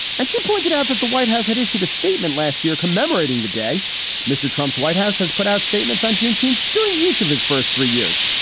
and she pointed out that the white house had issued a statement last year commemorating the day mr. trump's white house has put out statements on juneteenth during each of his first three years.